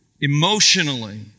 emotionally